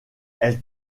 elle